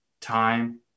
time